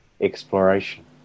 exploration